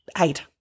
eight